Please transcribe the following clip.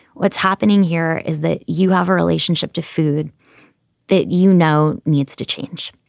what's happening here is that you have a relationship to food that, you know, needs to change.